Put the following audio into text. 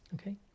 okay